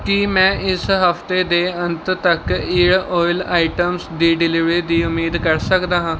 ਕੀ ਮੈਂ ਇਸ ਹਫਤੇ ਦੇ ਅੰਤ ਤੱਕ ਈਅਰ ਓਇਲ ਆਈਟਮਸ ਦੀ ਡਿਲੀਵਰੀ ਦੀ ਉਮੀਦ ਕਰ ਸਕਦਾ ਹਾਂ